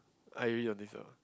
I really don't think so